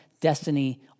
destiny